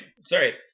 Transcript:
sorry